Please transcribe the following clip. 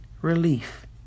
relief